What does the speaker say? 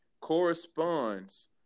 corresponds